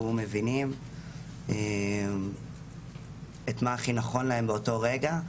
הוא מבינים מה הכי נכון להם באותו רגע,